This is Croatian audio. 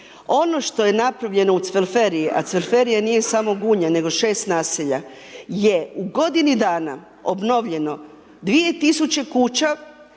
Ono što je napravljeno u cvelferiji a cvelferija nije samo Gunja, nego 6 naselja je u godini dana, obnovljeno 2000 kuća,